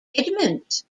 edmunds